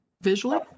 visually